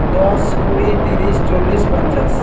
দশ কুড়ি ত্রিশ চল্লিশ পঞ্চাশ